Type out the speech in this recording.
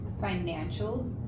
financial